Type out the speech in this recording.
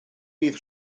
bydd